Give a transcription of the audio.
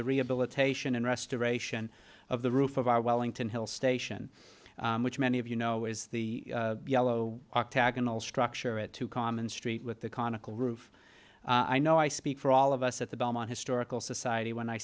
the rehabilitation and restoration of the roof of our wellington hill station which many of you know is the yellow octagonal structure at two common street with the conical roof i know i speak for all of us at the belmont historical society when i